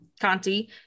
Conti